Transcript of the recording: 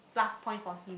plus point for him